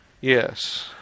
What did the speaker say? Yes